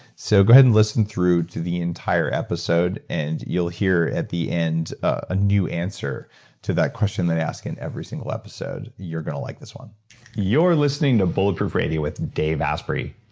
so go ahead and listen through to the entire episode, and you'll hear at the end a new answer to that question that i ask in every single episode, you're going to like this one you're listening to bulletproof radio with dave asprey.